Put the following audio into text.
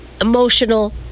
emotional